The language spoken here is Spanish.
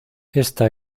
esta